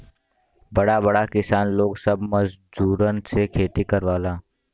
बड़ा बड़ा किसान लोग सब मजूरन से खेती करावलन